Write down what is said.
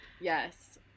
Yes